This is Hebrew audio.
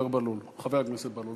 חבר הכנסת בהלול.